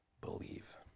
believe